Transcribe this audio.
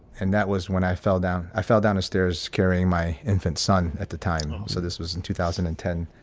and that was when i fell down. i fell down the stairs carrying my infant son at the time. so this was in two thousand and ten.